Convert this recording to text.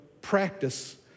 practice